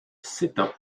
s’éteint